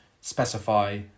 specify